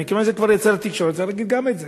ומכיוון שזה כבר יצא לתקשורת צריך להגיד גם את זה.